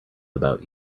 about